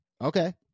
okay